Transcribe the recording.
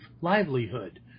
Livelihood